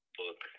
book